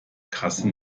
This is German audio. kasse